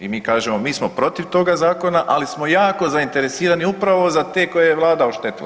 I mi kažemo, mi smo protiv toga Zakona, ali smo jako zainteresirani upravo za te koje je Vlada oštetila.